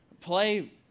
Play